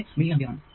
5 milliampere ആണ്